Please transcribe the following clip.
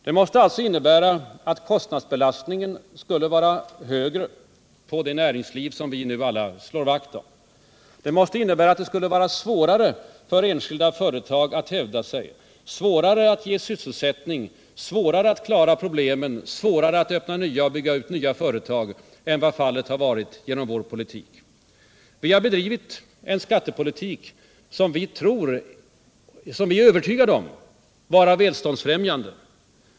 Det måste alltså innebära att kostnadsbelastningen skulle vara större på det näringsliv som vi nu alla slår vakt om. Det måste innebära att det skall bli svårare för enskilda företag att hävda sig, svårare att bereda sysselsättning, svårare att klara problemen, svårare att öppna nya och bygga ut gamla företag än vad fallet har varit genom vår politik. Vi har bedrivit en skattepolitik som vi är övertygade om är välståndsfrämjande.